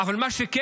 אבל מה שכן,